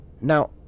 Now